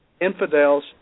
infidels